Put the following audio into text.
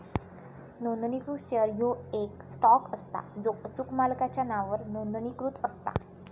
नोंदणीकृत शेअर ह्यो येक स्टॉक असता जो अचूक मालकाच्या नावावर नोंदणीकृत असता